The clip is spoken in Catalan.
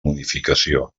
modificació